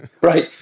Right